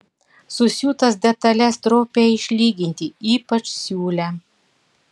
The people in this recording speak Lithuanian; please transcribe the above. susiūtas detales stropiai išlyginti ypač siūlę